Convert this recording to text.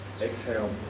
exhale